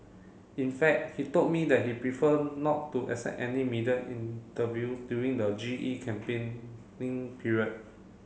in fact he told me that he prefer not to accept any media interview during the G E campaigning period